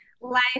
life